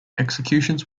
executions